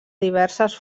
diverses